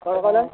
କ'ଣ କହିଲ